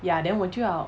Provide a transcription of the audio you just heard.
ya then 我就要